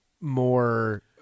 more